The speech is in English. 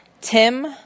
Tim